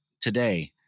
Today